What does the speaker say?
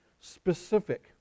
specific